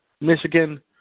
Michigan